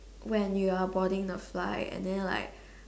when you are boarding the flight and then like